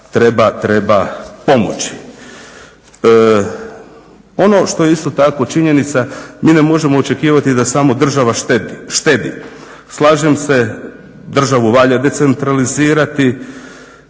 treba, treba pomoći. Ono što je isto tako činjenica, mi ne možemo očekivati da samo država štedi. Slažem se državu valja decentralizirati,